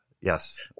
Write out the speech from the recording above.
yes